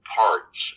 parts